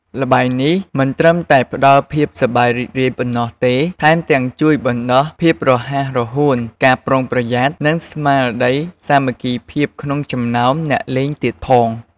ល្បែងនេះមិនត្រឹមតែផ្ដល់ភាពសប្បាយរីករាយប៉ុណ្ណោះទេ ថែមទាំងជួយបណ្ដុះភាពរហ័សរហួន ការប្រុងប្រយ័ត្ន និងស្មារតីសាមគ្គីភាពក្នុងចំណោមអ្នកលេងទៀតផង។